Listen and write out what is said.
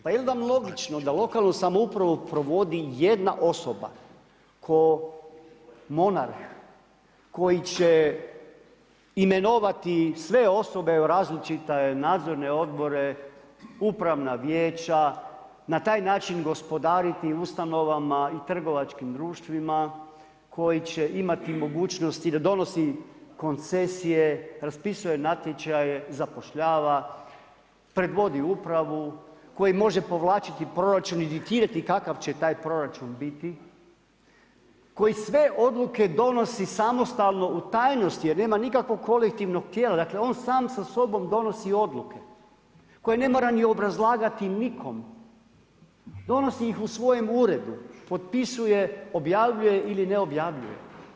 Pa je li vam logično da lokalnu samoupravu provodi jedna osoba, kao monarh koji će imenovati sve osobe, različite nadzorne odbore, upravna vijeća, na taj način gospodariti ustanovama i trgovačkim društvima koji će imati mogućnost i da donosi koncesije, raspisuje natječaje, zapošljava, predvodi upravu, koji može povlačiti proračun i diktirati kakav će taj proračun biti, koji sve odluke donosi samostalno u tajnosti jer nema nikakvog kolektivnog tijela, dakle on sam sa sobom donosi odluke koje ne mora ni obrazlagati nikome, donosi ih u svojem uredu, potpisuje, objavljuje ili ne objavljuje.